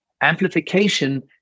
Amplification